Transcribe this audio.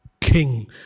king